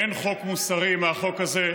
אין חוק מוסרי מהחוק הזה,